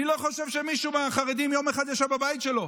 אני לא חושב שמישהו מהחרדים יום אחד ישב בבית שלו.